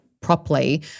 properly